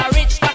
rich